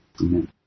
Amen